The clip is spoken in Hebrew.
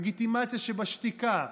לגיטימציה שבשתיקה,